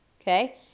okay